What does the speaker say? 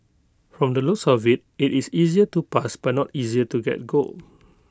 from the looks of IT it is easier to pass but not easier to get gold